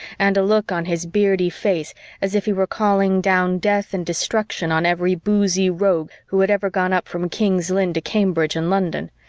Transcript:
and a look on his beardy face as if he were calling down death and destruction on every boozy rogue who had ever gone up from king's lynn to cambridge and london,